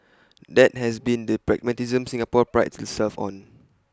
that has been the pragmatism Singapore prides itself on